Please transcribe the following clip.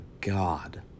god